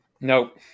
Nope